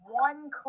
one